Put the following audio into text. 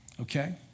Okay